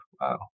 wow